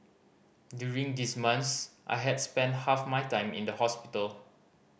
during these months I had spent half my time in the hospital